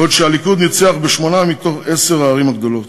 בעוד הליכוד ניצח בשמונה מתוך עשר הערים הגדולות.